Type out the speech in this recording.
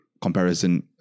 comparison